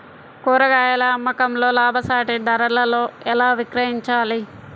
కూరగాయాల అమ్మకంలో లాభసాటి ధరలలో ఎలా విక్రయించాలి?